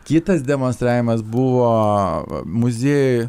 kitas demonstravimas buvo muziejuj